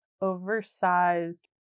oversized